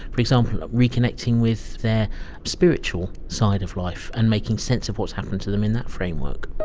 for example, reconnecting with their spiritual side of life and making sense of what has happened to them in that framework.